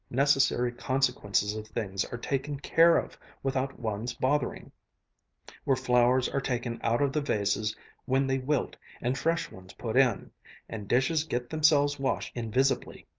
necessary consequences of things are taken care of without one's bothering where flowers are taken out of the vases when they wilt and fresh ones put in and dishes get themselves washed invisibly,